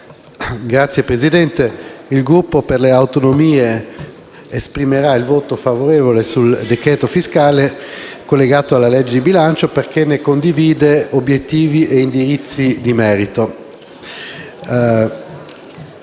Signor Presidente, il Gruppo per le Autonomie esprimerà un voto favorevole sulla fiducia sul decreto fiscale collegato alla legge di bilancio, perché ne condivide obiettivi e indirizzi di merito.